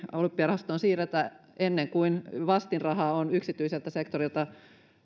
olympiarahastoon siirretä ennen kuin vastinrahaa on yksityiseltä sektorilta